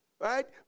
Right